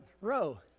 row